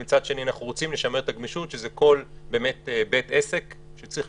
ומצד שני אנחנו רוצים לשמר את הגמישות שזה כל בית עסק שצריך